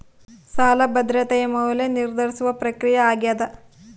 ಸಾಲ ಭದ್ರತೆಯ ಮೌಲ್ಯ ನಿರ್ಧರಿಸುವ ಪ್ರಕ್ರಿಯೆ ಆಗ್ಯಾದ